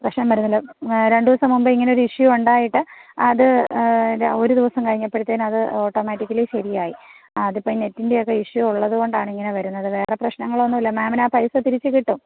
പ്രശ്നം വരുന്നില്ല രണ്ട് ദിവസം മുൻപേ ഇങ്ങനെ ഒരു ഇഷ്യൂ ഉണ്ടായിട്ട് അത് ര ഒരു ദിവസം കഴിഞ്ഞപ്പോഴത്തേനും അത് ഓട്ടോമാറ്റിക്കലി ശരിയായി അതിപ്പോൾ നെറ്റിൻ്റെ ഒക്കെ ഇഷ്യൂ ഉള്ളതുകൊണ്ടാണ് ഇങ്ങനെ വരുന്നത് വേറെ പ്രശ്നങ്ങളൊന്നുമില്ല മാംമിന് ആ പൈസ തിരിച്ച് കിട്ടും